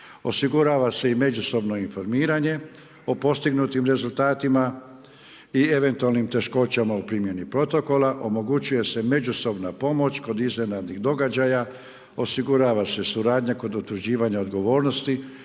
osigurava se i međusobno informiranje o postignutim rezultatima i eventualnim teškoćama u primjeni protokola, omogućuje se međusobna pomoć kod iznenadnih događaja, osigurava se suradnja kod utvrđivanja odgovornosti